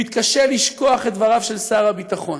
והוא מתקשה לשכוח את דבריו של שר הביטחון.